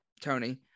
tony